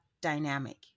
dynamic